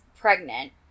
pregnant